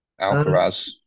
Alcaraz